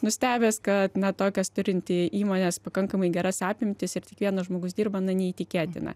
nustebęs kad na tokias turinti įmonės pakankamai geras apimtis ir tik vienas žmogus dirba na neįtikėtina